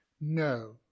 No